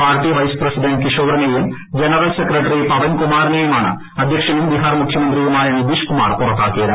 party vice president കിഷോറിനെയും general secretary Pavan കുമാറിനെയുമാണ് അധ്യക്ഷ്നും ബിഹാർ മുഖ്യമന്ത്രിയുമായ നിതീഷ് കുമാർ പുറത്താക്കിയത്